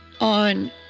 on